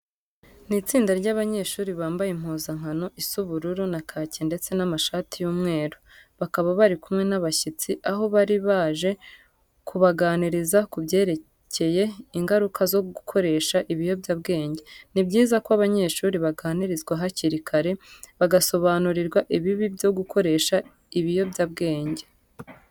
Ni itsinda ry'abanyeshuri bambaye impuzankano isa ubururu na kake ndetse n'amashati y'umweru. Bakaba bari kumwe n'abashyitsi, aho bari baje kubaganiriza ku byerekeye ingaruka zo gukoresha ibiyobyabwenge. Ni byiza ko abanyeshuri baganirizwa hakiri kare, bagasobanurirwa ibibi byo gukoresha ibiyobyabwenge.